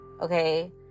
okay